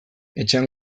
etxean